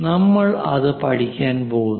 നമ്മൾ അത് പഠിക്കാൻ പോകുന്നു